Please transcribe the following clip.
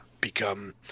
become